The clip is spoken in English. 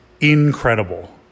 incredible